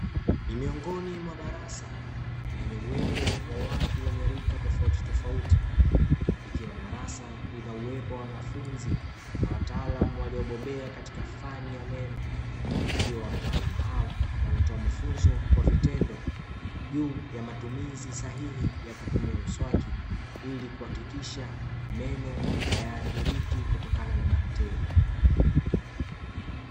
Ni miongoni mwa darasa lililopo na watu wenye rika tofauti tofauti ikiwa darasa lina wanafunzi na wataalamu waliobobea katika fani ya meno, ikiwa wataalamu hao wanatoa mafunzo kwa vitendo juu ya matumizi sahihi ya kutumia mswaki ili kuhakikisha meno hayaathiriki kutokana na bakteria.